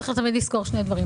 צריך תמיד לזכור שני דברים.